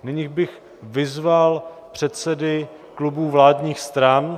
Nyní bych vyzval předsedy klubů vládních stran.